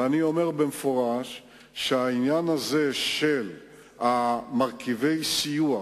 ואני אומר במפורש שהעניין הזה של מרכיבי סיוע,